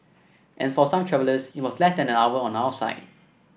and for some travellers it was less than an hour on our side